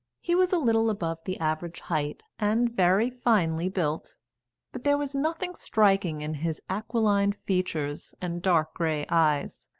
he was a little above the average height and very finely built but there was nothing striking in his aquiline features and dark grey eyes,